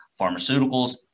pharmaceuticals